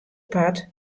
part